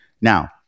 Now